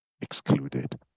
excluded